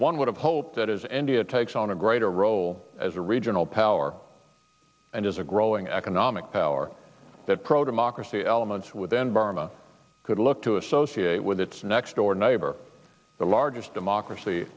one would have hoped that is ending it takes on a greater role as a regional power and as a growing economic power that pro democracy elements within burma could look to associate with its next door neighbor the largest democracy